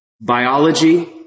Biology